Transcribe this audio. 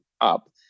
up